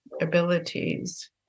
Abilities